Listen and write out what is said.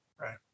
right